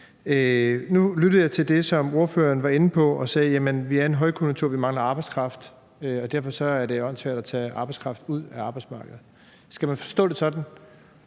Nu lyttede jeg til det, som ordføreren var inde på, da han sagde, at vi er i en højkonjunktur, og at vi mangler arbejdskraft, og at det derfor er åndssvagt at tage arbejdskraft ud af arbejdsmarkedet. Skal man forstå det sådan,